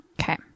Okay